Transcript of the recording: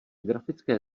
grafické